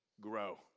grow